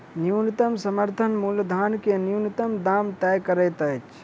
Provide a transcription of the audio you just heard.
न्यूनतम समर्थन मूल्य धान के न्यूनतम दाम तय करैत अछि